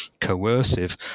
coercive